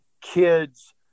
kids